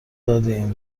دادیم